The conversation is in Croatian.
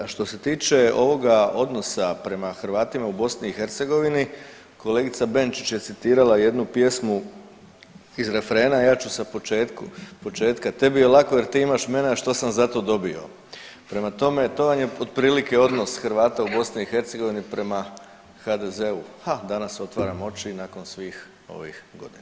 E a što se tiče ovoga odnosa prema Hrvatima u BiH kolegica Benčić je citirala jednu pjesmu iz refrena, a ja ću sa početka „Tebi je lako jer ti imaš mene, a što sam za to dobio“, prema tome to vam otprilike odnos Hrvata u BiH prema HDZ-u, ha „Danas otvaram oči nakon svih ovih godina“